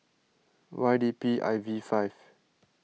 Y D P I V five